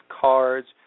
cards